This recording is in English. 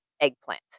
eggplant